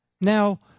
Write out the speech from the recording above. Now